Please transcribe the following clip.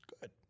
Good